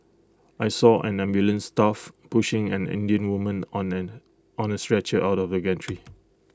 I saw ambulance staff pushing an Indian woman on A on A stretcher out of the gantry